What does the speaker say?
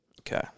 Okay